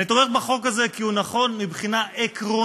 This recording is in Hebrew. אני תומך בחוק הזה, כי הוא נכון מבחינה עקרונית,